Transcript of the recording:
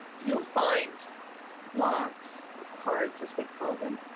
you'll find blocks, or cards as they call them,